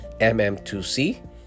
mm2c